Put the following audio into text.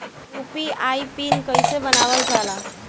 UPI PIN कइसे बनावल जाला?